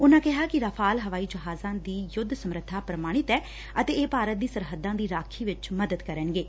ਉਨੂਾਂ ਕਿਹਾ ਕਿ ਰਾਫ਼ਾਲ ਹਵਾਈ ਜਹਾਜ਼ਾਂ ਦੀ ਯੁੱਧ ਸਮਰੱਬਾ ਪ੍ਰਮਾਣਿਤ ਐ ਅਤੇ ਇਹ ਭਾਰਤ ਦੀ ਸਰਹੱਦਾਂ ਦੀ ਰਾਖੀ ਚ ਮਦਦ ਕਰਨਗੇ